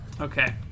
okay